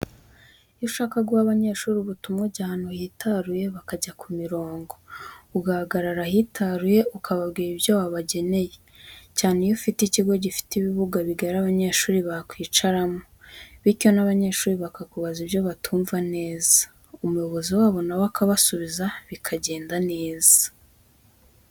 Iyo ushaka guha abanyeshuri ubutumwa, ujya ahantu hitaruye bakajya ku mirongo agahagarara ahitaruye akababwira ibyo yabageneye, cyane iyo ufite ikigo gifite ibibuga bigari abanyeshuri bakwicaramo, bityo n'abanyeshuri bakamubaza ibyo batumva neza, umuyobozi wabo na we akabasubiza bikagenda neza.